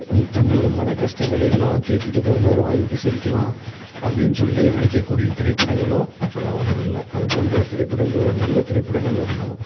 தங்களது மன கஷ்டங்களை எல்லாம் தீர்த்துட்டு கொஞ்ச நேரம் வாய்விட்டு சிரிக்கலாம் அப்படினு சொல்லி நினைக்கக்கூடிய திரைப்படங்களும் இப்போலாம் வர்றதில்லை அதுபோன்ற திரைப்படங்கள் ஒரு நல்ல திரைப்படங்கள் வரணும்